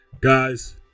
guys